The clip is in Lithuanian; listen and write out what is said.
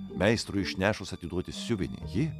meistrui išnešus atiduoti siuvinį ji